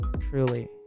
truly